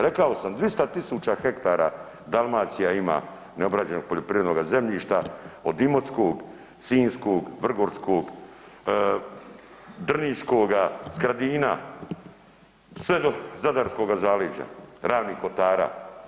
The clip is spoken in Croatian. Rekao sam 200 tisuća hektara Dalmacija ima neobrađenog poljoprivrednoga zemljišta od imotskog, sinjskog, vrgorskog, drniškoga, Skradina sve do Zadarskoga zaleđa, Ravnih kotara.